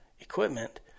equipment